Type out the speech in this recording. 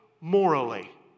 morally